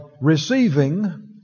receiving